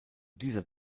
dieser